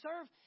serve